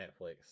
Netflix